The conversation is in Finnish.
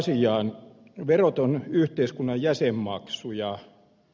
verot ovat yhteiskunnan jäsenmaksuja